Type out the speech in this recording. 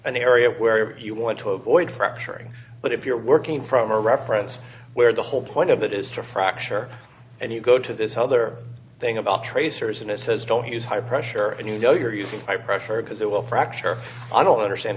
an area where you want to avoid fracturing but if you're working from a reference where the whole point of that is to fracture and you go to this whole other thing about tracers and it says don't use high pressure and you know you're using high pressure because it will fracture i don't understand